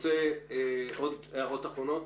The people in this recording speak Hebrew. עוד הערות אחרונות?